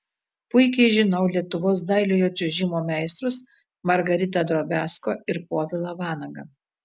puikiai žinau lietuvos dailiojo čiuožimo meistrus margaritą drobiazko ir povilą vanagą